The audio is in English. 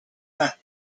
that